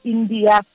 India